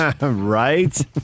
Right